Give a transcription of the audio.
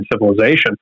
civilization